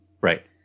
Right